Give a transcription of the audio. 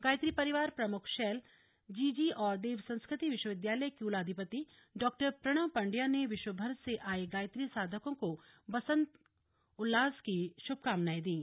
गायत्री परिवार प्रमुख शैल जीजी और देवसंस्कृति विश्वविद्यालय के कुलाधिपति डॉ प्रणव पण्ड्या ने विश्वभर से आये गायत्री साधकों को वासंती उल्लास की शुभकामनाएं दीं